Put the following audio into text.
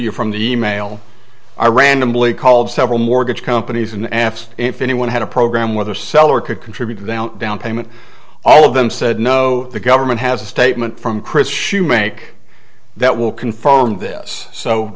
you from the e mail i randomly called several mortgage companies and asked if anyone had a program whether seller could contribute to the down payment all of them said no the government has a statement from chris hsu make that will confirm this so